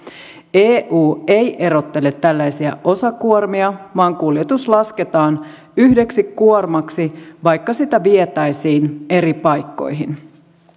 eu ei erottele tällaisia osakuormia vaan kuljetus lasketaan yhdeksi kuormaksi vaikka sitä vietäisiin eri paikkoihin